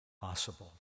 possible